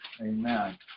Amen